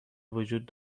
وجود